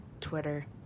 Twitter